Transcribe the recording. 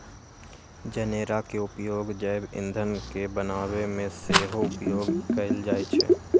जनेरा के उपयोग जैव ईंधन के बनाबे में सेहो उपयोग कएल जाइ छइ